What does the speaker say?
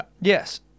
Yes